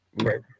Right